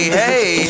hey